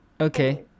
Okay